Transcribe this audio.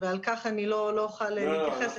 ולזה אני לא אוכל להתייחס.